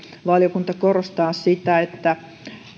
valiokunta korostaa sitä että